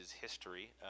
history